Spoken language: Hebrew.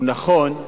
הוא נכון,